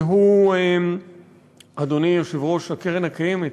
והוא, אדוני יושב-ראש קרן קיימת,